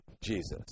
Jesus